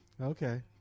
Okay